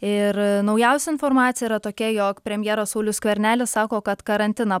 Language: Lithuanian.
ir naujausia informacija yra tokia jog premjeras saulius skvernelis sako kad karantiną